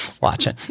watching